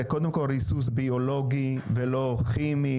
קודם כול, זה ריסוס ביולוגי ולא כימי.